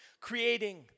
creating